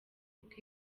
kuko